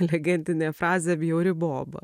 legendinė frazė bjauri boba